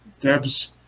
Deb's